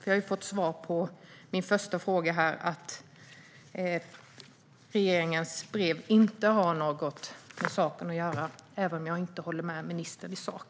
Jag har fått svaret på min första fråga att regeringens brev inte har något med saken att göra, även om jag inte håller med ministern i sak.